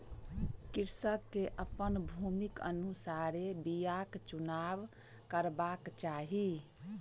कृषक के अपन भूमिक अनुसारे बीयाक चुनाव करबाक चाही